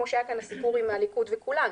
כמו שהיה כאן הסיפור עם הליכוד וכולנו,